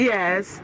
Yes